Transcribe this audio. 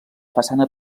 façana